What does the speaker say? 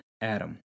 Adam